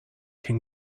can